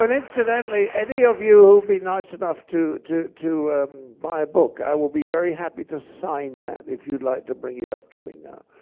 um incidentally, any of you who've been nice enough to to buy a book, i will be very happy to sign that, if you'd like to bring it up to me now.